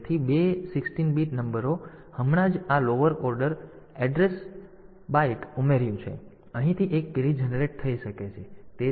તેથી બે 16 બીટ નંબરો તેથી આપણે હમણાં જ આ લોઅર લોઅર ઓર્ડર બાઈટ ઉમેર્યું છે હવે અહીંથી એક કેરી જનરેટ થઈ શકે છે